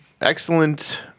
excellent